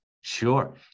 Sure